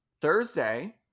Thursday